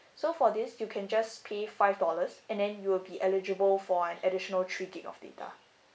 so for this you can just pay five dollars and then you will be eligible for an additional three gigabyte of data